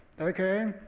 okay